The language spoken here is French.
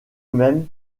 même